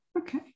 okay